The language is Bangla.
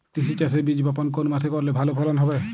তিসি চাষের বীজ বপন কোন মাসে করলে ভালো ফলন হবে?